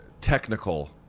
technical